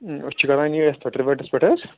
أسۍ چھِ کَران یتھۍ پٮ۪ٹھ رِوٹَرس پٮ۪ٹھ حظ